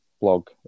blog